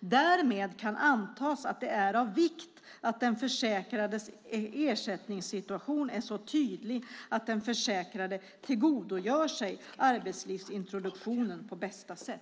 Därmed kan antas att det är av vikt att den försäkrades ersättningssituation är tydlig så att den försäkrade tillgodogör sig arbetslivsintroduktionen på bästa sätt."